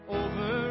over